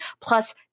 Plus